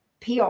PR